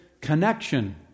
connection